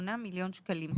158 מיליון שקלים.